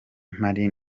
mpari